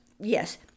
Yes